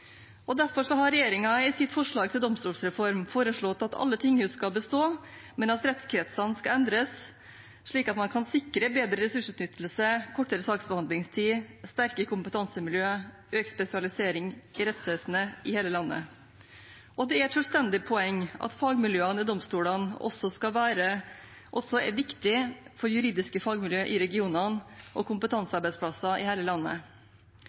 Derfor har regjeringen i sitt forslag til domstolsreform foreslått at alle tinghus skal bestå, men at rettskretsene skal endres, slik at man kan sikre bedre ressursutnyttelse, kortere saksbehandlingstid, sterke kompetansemiljø og økt spesialisering i rettsvesenet i hele landet. Det er et selvstendig poeng at fagmiljøene i domstolene også er viktig for juridiske fagmiljø i regionene og kompetansearbeidsplasser i hele landet.